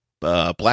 black